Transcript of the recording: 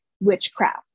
witchcraft